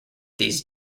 these